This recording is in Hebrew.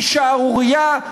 היא שערורייה,